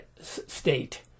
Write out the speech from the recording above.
state